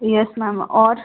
yes ma'am और